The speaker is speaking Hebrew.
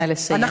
נא לסיים.